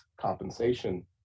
compensation